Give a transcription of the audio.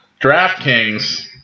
DraftKings